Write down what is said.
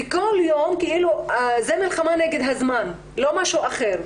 וכל יום, זו מלחמה נגד הזמן, לא משהו אחר.